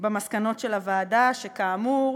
במסקנות של הוועדה, שכאמור,